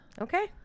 Okay